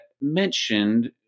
mentioned